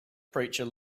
preacher